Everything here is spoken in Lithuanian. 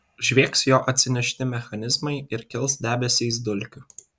žviegs jo atsinešti mechanizmai ir kils debesys dulkių